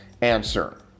answer